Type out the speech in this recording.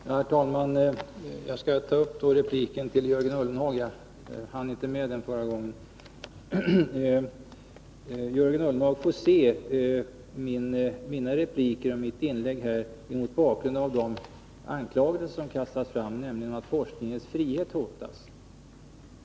Herr talman! Jag skall börja med en replik till Jörgen Ullenhag, eftersom jag inte hann med det förra gången. Jörgen Ullenhag får se mira repliker och mina inlägg mot bakgrund av de anklagelser som har kastats fram, nämligen att forskningens frihet hotas.